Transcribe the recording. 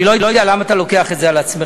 אני לא יודע למה אתה לוקח את זה על עצמך,